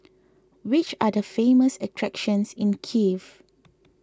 which are the famous attractions in Kiev